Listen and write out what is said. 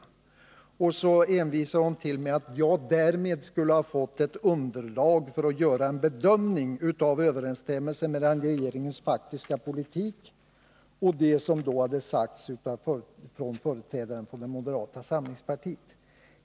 Bostadsministern menade därtill att jag därmed skulle ha fått ett underlag för att göra en bedömning av överensstämmelsen mellan regeringens faktiska politik och det som hade sagts av företrädare för moderata samlingspartiet.